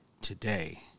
today